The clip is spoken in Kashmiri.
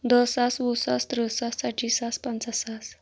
دہ ساس وُہ ساس تٕرٛہ ساس ژَتجی ساس پنٛژاہ ساس